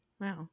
wow